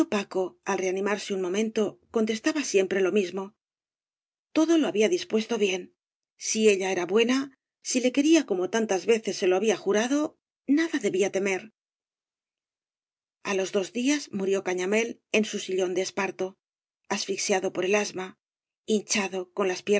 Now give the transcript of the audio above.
paco al reanimarse un momento contestaba siempre lo mismo todo lo había dispuesto bien si ella era buena si le quería como tantas veces se lo había jurado nada debía temer a los dos días murió cañamél en su sillón de esparto aflxiado por el asma hinchado con las